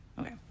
Okay